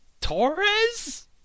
Torres